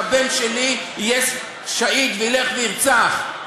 שהבן שלי יהיה שהיד וילך וירצח.